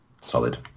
solid